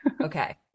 Okay